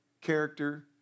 character